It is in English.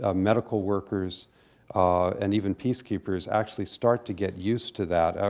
ah medical workers and even peacekeepers actually start to get used to that. ah